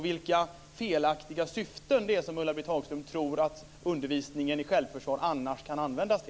Vilka felaktiga syften är det som Ulla-Britt Hagström tror att undervisningen i självförsvar kan användas i?